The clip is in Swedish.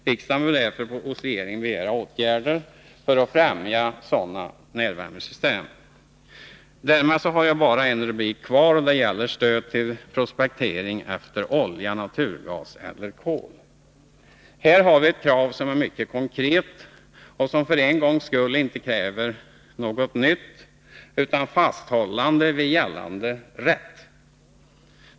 Riksdagen bör därför hos regeringen begära åtgärder för att främja sådana närvärmesystem. Därmed har jag bara en rubrik kvar, och den gäller Stöd till prospektering efter olja, naturgas eller kol. Här har vi ett krav som är mycket konkret och som för en gångs skull inte avser något nytt utan fasthållande vid gällande rätt.